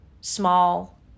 small